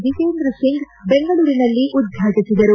ಜೆತೇಂದ್ರ ಸಿಂಗ್ ಬೆಂಗಳೂರಿನಲ್ಲಿಂದು ಉದಾಟಿಸಿದರು